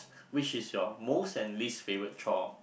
which is your most and least favourite chore